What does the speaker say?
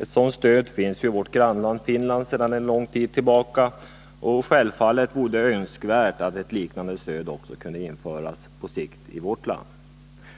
Ett sådant stöd finns i vårt grannland Finland sedan lång tid tillbaka, och självfallet vore det önskvärt att ett liknande stöd kunde införas på sikt även i vårt land.